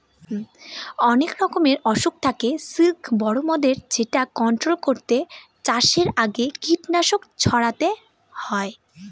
অনেক রকমের অসুখ থাকে সিল্কবরমদের যেটা কন্ট্রোল করতে চাষের আগে কীটনাশক ছড়াতে হয়